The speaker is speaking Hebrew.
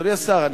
אדוני השר,